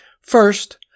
First